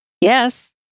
Yes